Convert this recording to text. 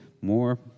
more